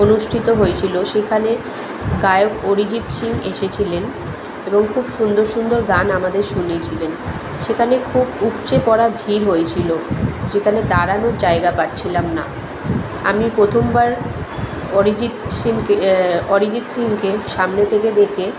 অনুষ্ঠিত হয়েছিলো সেখানে গায়ক অরিজিৎ সিং এসেছিলেন এবং খুব সুন্দর সুন্দর গান আমাদের শুনিয়েছিলেন সেখানে খুব উপচে পড়া ভিড় হয়েছিলো সেখানে দাঁড়ানোর জায়গা পাচ্ছিলাম না আমি প্রথমবার অরিজিত সিংকে অরিজিত সিংকে সামনে থেকে দেকে